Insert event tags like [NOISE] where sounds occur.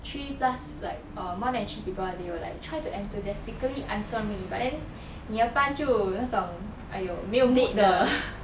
three plus like err more than three people they will like try to enthusiastically answer me but then [BREATH] 你的班就那种 !aiyo! 没有 mood 的 [BREATH]